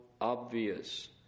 obvious